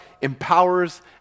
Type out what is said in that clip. empowers